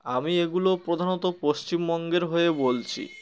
আমি এগুলো প্রধানত পশ্চিমবঙ্গের হয়ে বলছি